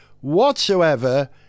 whatsoever